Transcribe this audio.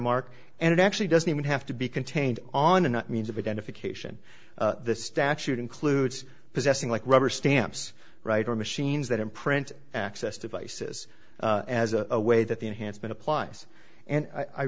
mark and it actually doesn't even have to be contained on a means of identification the statute includes possessing like rubber stamps right or machines that imprint access devices as a way that the enhancement applies and i